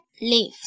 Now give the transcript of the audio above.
leaves